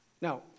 Now